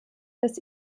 dass